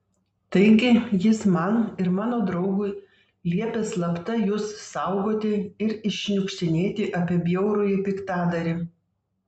taigi jis man ir mano draugui liepė slapta jus saugoti ir iššniukštinėti apie bjaurųjį piktadarį